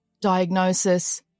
diagnosis